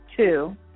two